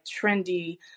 trendy